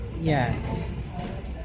Yes